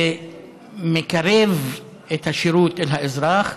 זה מקרב את השירות אל האזרח.